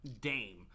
Dame